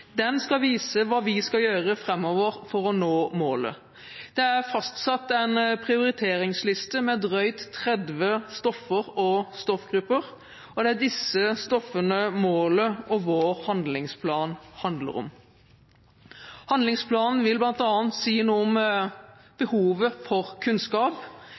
Den skal vise hva vi skal gjøre framover for å nå målet. Det er fastsatt en prioriteringsliste med drøyt 30 stoffer og stoffgrupper, og det er disse stoffene målet og vår handlingsplan handler om. Handlingsplanen vil bl.a. si noe om behovet for kunnskap,